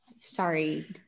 sorry